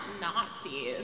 Nazis